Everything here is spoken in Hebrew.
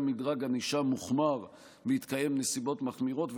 מדרג ענישה מוחמר בהתקיים נסיבות מחמירות,